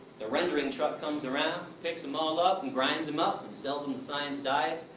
the rendering truck comes around, picks em all up, and grinds them up and sells them to science diet,